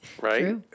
Right